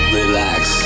Relax